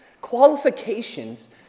Qualifications